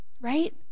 Right